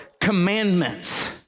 commandments